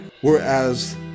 whereas